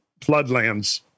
Floodlands